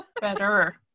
better